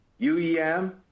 UEM